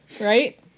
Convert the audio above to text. Right